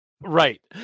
right